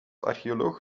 archeoloog